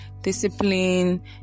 Discipline